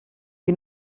qui